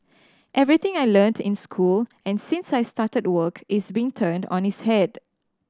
everything I learnt in school and since I started work is being turned on its head